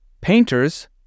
Painters